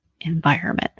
environment